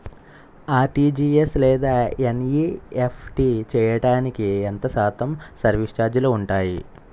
RTGS లేదా NEFT చేయడానికి ఎంత శాతం సర్విస్ ఛార్జీలు ఉంటాయి?